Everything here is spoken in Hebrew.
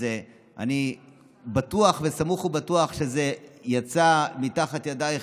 אז אני סמוך ובטוח שזה יצא מתחת ידייך,